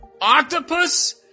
Octopus